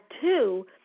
two